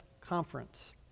Conference